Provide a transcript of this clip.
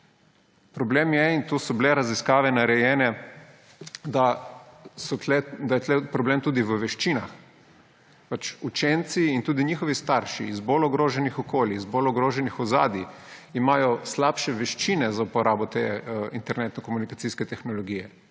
Problem je, in o tem so bile raziskave narejene, da je tukaj problem tudi v veščinah. Učenci in tudi njihovi starši iz bolj ogroženih okolij, iz bolj ogroženih ozadij imajo slabše veščine za uporabo internetne komunikacijske tehnologije.